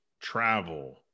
travel